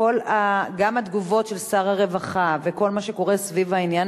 גם התגובות של שר הרווחה וכל מה שקורה סביב העניין